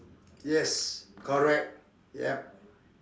yes correct yup